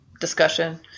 discussion